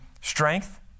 strength